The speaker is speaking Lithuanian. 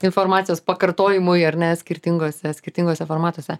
informacijos pakartojimui ar ne skirtinguose skirtinguose formatuose